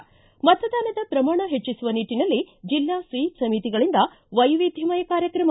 ಿ ಮತದಾನದ ಪ್ರಮಾಣ ಹೆಚ್ಚಿಸುವ ನಿಟ್ಟನಲ್ಲಿ ಜಿಲ್ಲಾ ಸ್ವೀಪ್ ಸಮಿತಿಗಳಿಂದ ವೈವಿಧ್ಯಮಯ ಕಾರ್ಯಕ್ರಮ